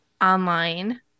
online